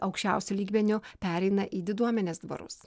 aukščiausiu lygmeniu pereina į diduomenės dvarus